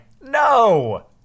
No